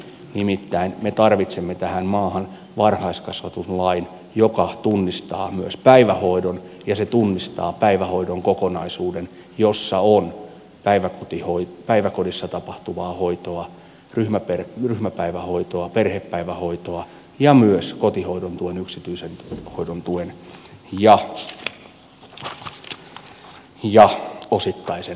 nimittäin me tarvitsemme tähän maahan varhaiskasvatuslain joka tunnistaa myös päivähoidon ja tunnistaa päivähoidon kokonaisuuden jossa on päiväkodissa tapahtuvaa hoitoa ryhmäpäivähoitoa perhepäivähoitoa ja myös kotihoidon tuen yksityisen hoidon tuen ja osittaisen hoitorahan